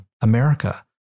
America